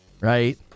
right